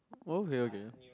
oh okay okay